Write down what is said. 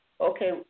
Okay